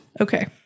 Okay